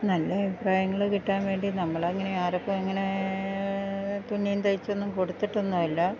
നല്ല അഭിപ്രായങ്ങള് കിട്ടാൻ വേണ്ടി നമ്മളങ്ങനെ ആരും അപ്പം അങ്ങനെ തുന്നിയും തയ്ച്ചൊന്നും കൊടുത്തിട്ടൊന്നുമില്ല